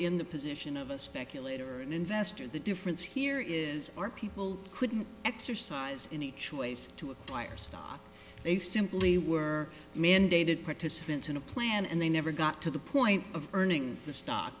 in the position of a speculator or an investor the difference here is our people couldn't exercise any choice to acquire stock they simply were mandated participants in a plan and they never got to the point of earning the stock